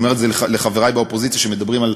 אני אומר את זה לחברי באופוזיציה שמדברים על